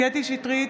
קטי קטרין שטרית,